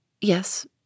Yes